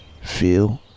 feel